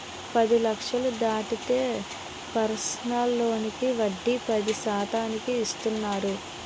పది లక్షలు దాటితే పర్సనల్ లోనుకి వడ్డీ పది శాతానికి ఇస్తున్నారు